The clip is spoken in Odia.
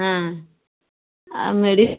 ହଁ ଆଉ ମେଡ଼ିସିନ୍